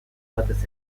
batez